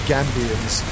Gambians